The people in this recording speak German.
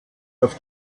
auf